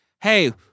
Hey